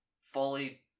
fully